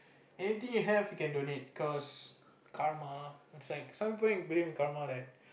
anything you have you can donate cause karma is like so many people believe in karma like